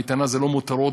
קייטנה זה לא מותרות,